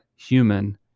Human